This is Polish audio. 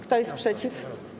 Kto jest przeciw?